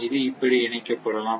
இது இப்படி இணைக்கப்படலாம்